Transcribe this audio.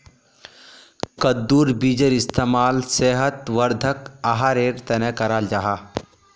कद्दुर बीजेर इस्तेमाल सेहत वर्धक आहारेर तने कराल जाहा